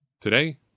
Today